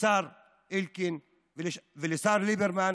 לשר אלקין ולשר ליברמן